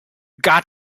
got